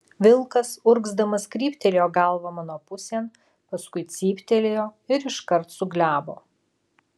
vilkas urgzdamas kryptelėjo galvą mano pusėn paskui cyptelėjo ir iškart suglebo